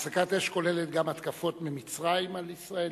הפסקת האש כוללת גם התקפות ממצרים על ישראל?